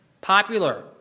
popular